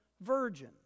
virgin